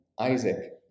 Isaac